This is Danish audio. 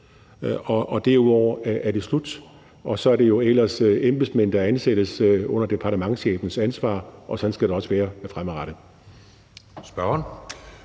og derudover er det slut. Og så er det jo ellers embedsmænd, der ansættes under departementschefens ansvar, og sådan skal det også være fremadrettet.